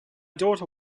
daughter